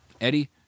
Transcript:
Eddie